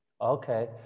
Okay